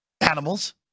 animals